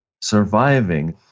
surviving